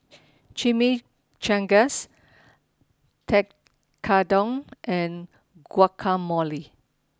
Chimichangas Tekkadon and Guacamole